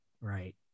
right